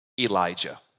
Elijah